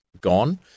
gone